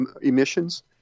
emissions